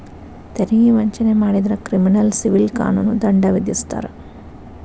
ತೆರಿಗೆ ವಂಚನೆ ಮಾಡಿದ್ರ ಕ್ರಿಮಿನಲ್ ಸಿವಿಲ್ ಕಾನೂನು ದಂಡ ವಿಧಿಸ್ತಾರ